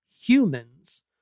humans